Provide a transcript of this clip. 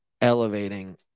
elevating